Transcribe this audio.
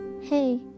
Hey